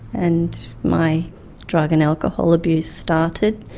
and my drug and alcohol abuse started,